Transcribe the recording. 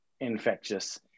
infectious